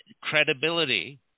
credibility